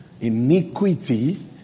iniquity